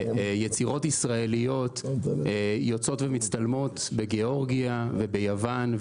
יצירות ישראליות יוצאות להצטלם בגאורגיה וביוון,